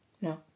No